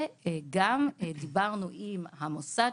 דברנו עם המוסד,